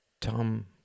Tom